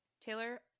Taylor